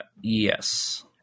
yes